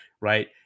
right